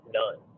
none